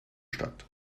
stadt